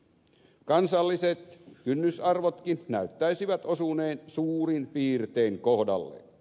kansalliset kynnysarvotkin näyttäisivät osuneen suurin piirtein kohdalleen